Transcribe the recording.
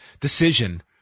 decision